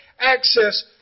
access